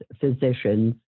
physicians